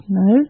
no